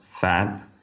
fat